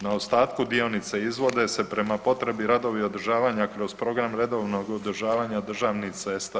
Na ostatku dionice izvode se prema potrebi radovi održavanja kroz program redovnog održavanja državnih cesta.